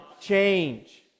change